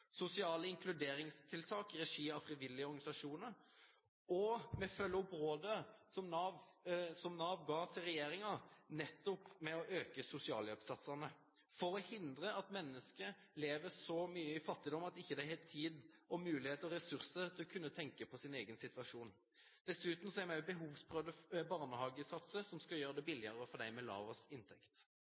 sosiale inkluderingstiltak i regi av frivillige organisasjoner, og vi følger opp rådet som Nav ga regjeringen om nettopp å øke sosialhjelpssatsene, for å hindre at mennesker lever så mye i fattigdom at de ikke har tid, mulighet og ressurser til å kunne tenke på sin egen situasjon. Dessuten har vi også behovsprøvde barnehagesatser, som skal gjøre det billigere for dem med lavest inntekt.